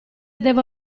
devo